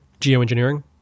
geoengineering